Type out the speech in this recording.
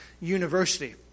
University